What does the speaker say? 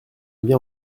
bien